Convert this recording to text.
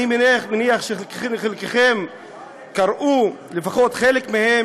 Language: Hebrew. אני מניח שחלקכם קראו לפחות חלק מהם,